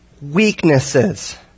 Weaknesses